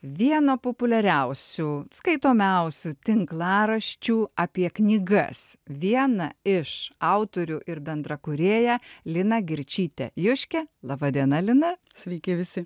viena populiariausių skaitomiausių tinklaraščių apie knygas vieną iš autorių ir bendrą kūrėją liną girčytę juškę laba diena lina sveiki visi